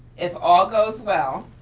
if all goes well,